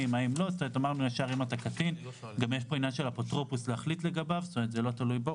יש פה עניין של אפוטרופוס שאמור להחליט לגביו וזה לא תלוי בו,